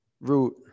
root